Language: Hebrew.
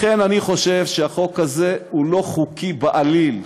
לכן, אני חושב שהחוק הזה לא חוקי בעליל.